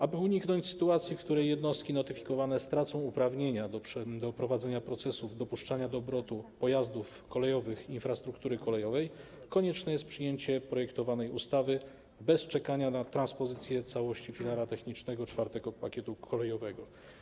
Aby uniknąć sytuacji, w której jednostki notyfikowane stracą uprawnienia do prowadzenia procesów dopuszczania do obrotu pojazdów kolejowych infrastruktury kolejowej, konieczne jest przyjęcie projektowanej ustawy bez czekania na transpozycję całości filara technicznego IV pakietu kolejowego.